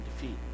defeat